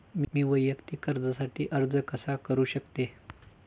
मी वैयक्तिक कर्जासाठी अर्ज कसा करु शकते?